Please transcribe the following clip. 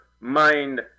mind